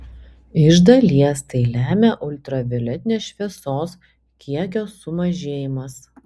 iš dalies tai lemia ultravioletinės šviesos kiekio sumažėjimas